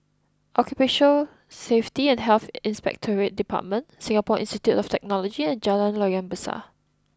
Occupational Safety and Health Inspectorate Department Singapore Institute of Technology and Jalan Loyang Besar